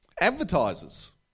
Advertisers